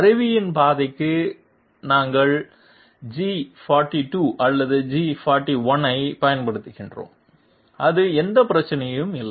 கருவியின் பாதைக்கு நாங்கள் g42 அல்லது g41 ஐப் பயன்படுத்துகிறோம் அது எந்த பிரச்சனையும் இல்லை